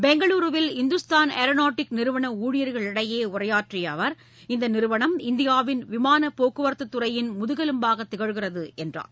பெங்களுருவில் இந்துஸ்தான் ஏரோநாட்டிக் நிறுவன ஊழியர்களிடையே உரையாற்றிய அவர் இந்த நிறுவனம் இந்தியாவின் விமானப் போக்குவரத்துத்துறையின் முதுகெலும்பாக திகழ்கிறது என்றார்